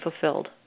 fulfilled